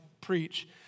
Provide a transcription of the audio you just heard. preach